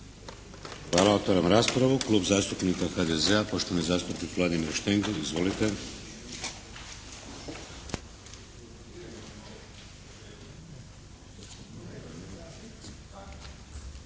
Hvala. Otvaram raspravu. Klub zastupnika HDZ-a poštovani zastupnik Vladimir Štengl. Izvolite!